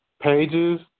pages